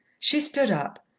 she stood up,